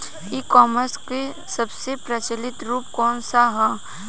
E commerce क सबसे प्रचलित रूप कवन सा ह?